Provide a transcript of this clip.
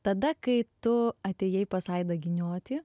tada kai tu atėjai pas aidą giniotį